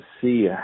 see